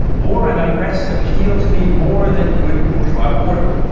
war and unrest appeal to me more than good bourgeois order.